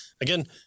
Again